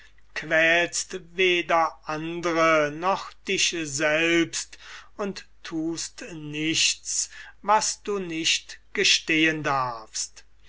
quälst weder andre noch dich selbst und tust nichts was du nicht gestehen darfst